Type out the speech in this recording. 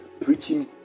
preaching